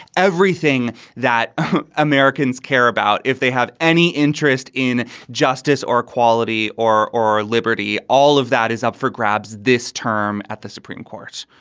everything that americans care about if they have any interest in justice or equality or or liberty. all of that is up for grabs this term at the supreme court